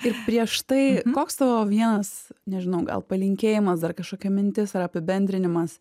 ir prieš tai koks tavo vienas nežinau gal palinkėjimas dar kažkokia mintis ar apibendrinimas